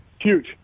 Huge